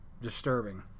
disturbing